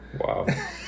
Wow